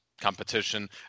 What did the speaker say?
Competition